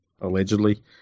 Allegedly